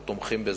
אנחנו תומכים בזה.